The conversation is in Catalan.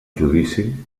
judici